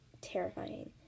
terrifying